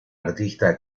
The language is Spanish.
artista